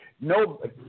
no